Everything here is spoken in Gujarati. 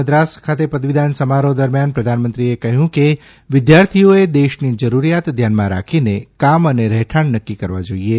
મક્રાસ ખાતે પદવીદાન સમારોહ દરમિયાન પ્રધાનમંત્રીએ કહ્યું કે વિદ્યાર્થીઓએ દેશની જરૂરિથાત ધ્યાનમાં રાખીને કામ અને રહેઠાણ નક્કી કરવા જોઇએ